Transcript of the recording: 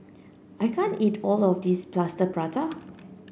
I can't eat all of this Plaster Prata